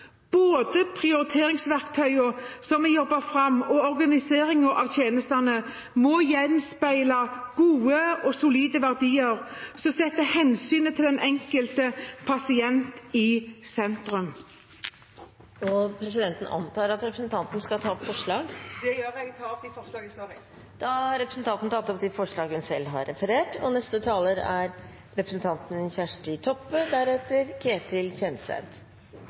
Både prioriteringsverktøyene som vi jobber fram, og organiseringen av tjenestene må gjenspeile gode og solide verdier som setter hensynet til den enkelte pasient i sentrum. Presidenten antar at representanten skal ta opp forslag? Det skal jeg. Jeg tar opp det forslaget som Kristelig Folkeparti står bak sammen med Senterpartiet og Venstre. Da har representanten Olaug V. Bollestad tatt opp det forslaget som hun refererte til. Senterpartiet sluttar seg til dei tre føreslegne prioriteringskriteria og